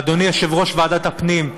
אדוני יושב-ראש ועדת הפנים,